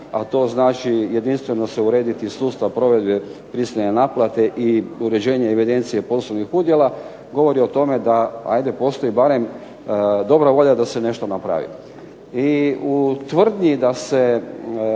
a to znači jedinstveno se urediti sustav provedbe prisilne naplate i uređenja i evidencija poslovnih udjela govori o tome da hajde postoji barem dobra volja da se nešto napravi.